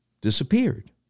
disappeared